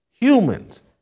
Humans